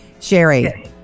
Sherry